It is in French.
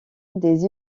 des